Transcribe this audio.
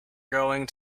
going